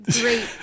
great